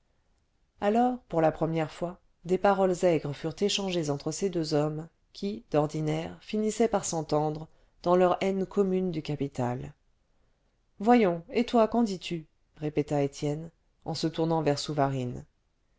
alors pour la première fois des paroles aigres furent échangées entre ces deux hommes qui d'ordinaire finissaient par s'entendre dans leur haine commune du capital voyons et toi qu'en dis-tu répéta étienne en se tournant vers souvarine